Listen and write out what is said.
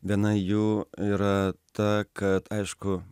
viena jų yra ta kad aišku